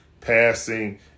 passing